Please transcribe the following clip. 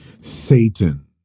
Satan